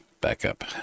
backup